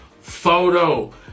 photo